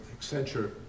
Accenture